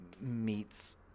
meets